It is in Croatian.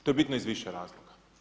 To je bitno iz više razloga.